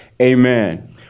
Amen